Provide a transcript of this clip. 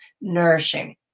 nourishing